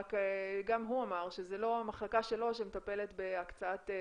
רק גם הוא אמר שזו לא המחלקה שלו שמטפלת בהקצאת תקציבים,